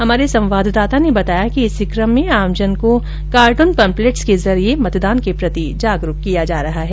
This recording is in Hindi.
हमारे संवाददाता ने बताया कि इसी कम में आमजन को कार्टून पम्पलेट्स के जरिये मतदान के प्रति जागरूक किया जा रहा है